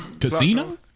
casino